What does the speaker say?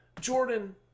Jordan